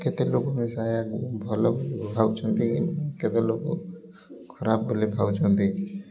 କେତେ ଲୋକ ଭଲ ଭାବୁଛନ୍ତି ଏବଂ କେତେ ଲୋକ ଖରାପ ବୋଲି ଭାବୁଛନ୍ତି